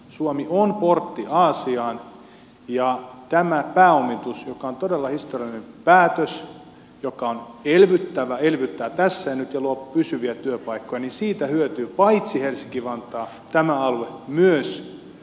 suomi on portti aasiaan ja tästä pääomituksesta joka on todella historiallinen päätös joka on elvyttävä elvyttää tässä ja nyt ja luo pysyviä työpaikkoja hyötyy paitsi helsinki vantaa tämä alue myös maakuntakentät